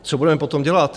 Co budeme potom dělat?